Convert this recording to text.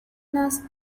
nurse